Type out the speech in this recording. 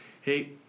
hey